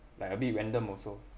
like a bit random also